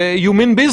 "יש לנו שב"כ",